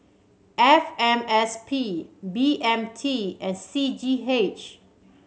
F M S P B M T and C G H